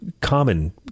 common